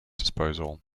disposal